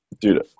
Dude